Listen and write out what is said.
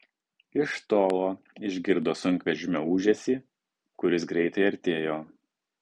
iš tolo išgirdo sunkvežimio ūžesį kuris greitai artėjo